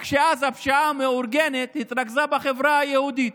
רק שאז הפשיעה המאורגנת התרכזה בחברה היהודית.